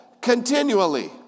continually